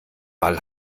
ball